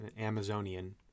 Amazonian